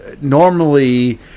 normally